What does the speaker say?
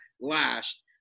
last